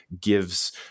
gives